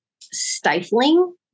stifling